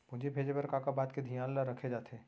पूंजी भेजे बर का का बात के धियान ल रखे जाथे?